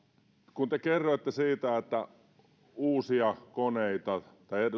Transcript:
kun te kerroitte siitä että uusia koneita